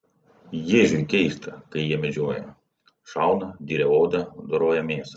ježiui keista kai jie medžioja šauna diria odą doroja mėsą